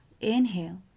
Inhale